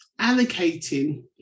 allocating